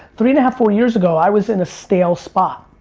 three and a half, four years ago, i was in a stale spot.